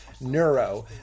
Neuro